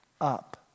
up